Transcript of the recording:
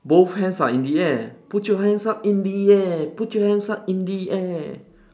both hands are in the air put your hands in the air put your hands up in the air